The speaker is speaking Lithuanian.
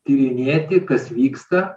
tyrinėti kas vyksta